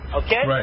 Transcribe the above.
okay